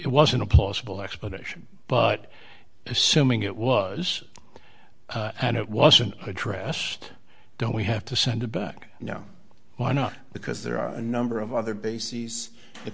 it wasn't a plausible explanation but assuming it was and it wasn't addressed don't we have to send it back you know why not because there are a number of other bases the